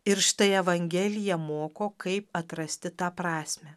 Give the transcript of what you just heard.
ir štai evangelija moko kaip atrasti tą prasmę